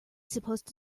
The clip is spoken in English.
supposed